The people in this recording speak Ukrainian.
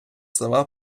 села